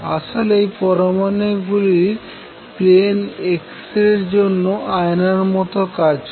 আসলে এই পরমানু গুলির প্লেন x রে এর জন্য আয়নার মতো কাজ করে